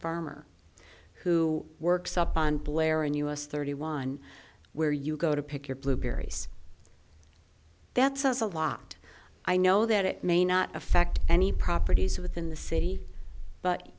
farmer who works up on blair and us thirty one where you go to pick your blueberries that says a lot i know that it may not affect any properties within the city but